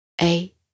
eight